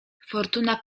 fortuna